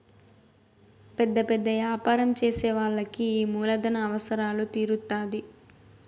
పెద్ద పెద్ద యాపారం చేసే వాళ్ళకి ఈ మూలధన అవసరాలు తీరుత్తాధి